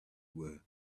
were